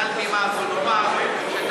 מעל בימה זו לומר שאתה,